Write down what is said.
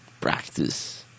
Practice